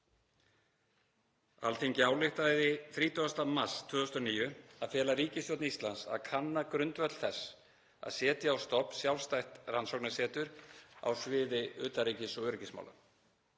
Alþingi ályktaði 30. mars 2009 að fela ríkisstjórn Íslands að kanna grundvöll þess að setja á stofn sjálfstætt rannsóknasetur á sviði utanríkis- og öryggismála.